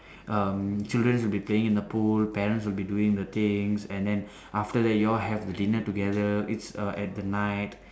um children will be playing the pool parents will be doing the things and then after that you all have the dinner together it's uh at the night